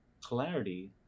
clarity